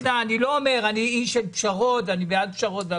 אני איש של פשרות ואני בעד פשרות.